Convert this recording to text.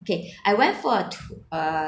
okay I went for a to~ uh